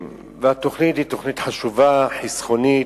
התוכנית היא תוכנית חשובה, חסכונית,